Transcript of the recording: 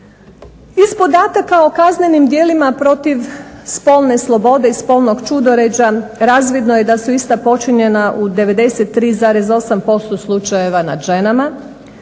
Iz podataka o kaznenim djelima protiv spolne slobode i spolnog ćudoređa razvidno je da su ista počinjena u 93,8% slučajeva nad ženama